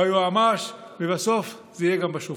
היועמ"ש ובסוף אלה יהיו גם השופטים.